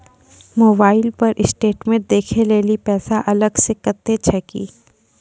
Mobile पर statement देखे लेली पैसा अलग से कतो छै की?